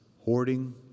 hoarding